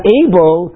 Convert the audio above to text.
able